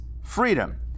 freedom